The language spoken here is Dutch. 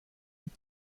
een